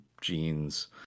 jeans